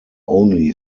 only